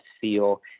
feel